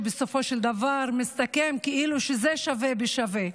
שבסופו של דבר מסתכם כאילו שזה שווה בשווה.